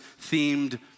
themed